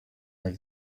der